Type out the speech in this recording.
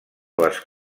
les